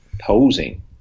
posing